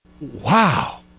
Wow